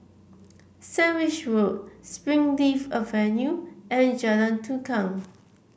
Sandwich Road Springleaf Avenue and Jalan Tukang